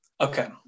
Okay